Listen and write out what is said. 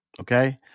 okay